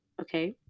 Okay